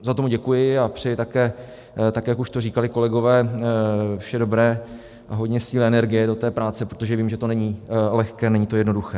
Za to mu děkuji a přeji také, jak už to říkali kolegové, vše dobré, hodně sil a energie do práce, protože vím, že to není lehké, není to jednoduché.